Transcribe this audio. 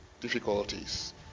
difficulties